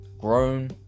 Grown